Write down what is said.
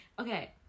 okay